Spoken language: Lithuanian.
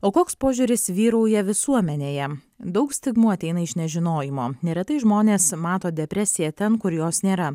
o koks požiūris vyrauja visuomenėje daug stigmų ateina iš nežinojimo neretai žmonės mato depresiją ten kur jos nėra